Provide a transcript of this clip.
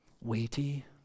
weighty